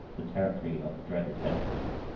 the territory of the dreaded head-hunters.